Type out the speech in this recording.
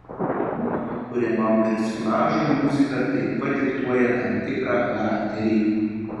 mano kuriamam personažui muzika taip pat diktuoja tam tikrą charakterį